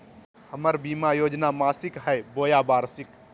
हमर बीमा योजना मासिक हई बोया वार्षिक?